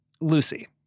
Lucy